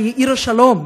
שהיא עיר השלום,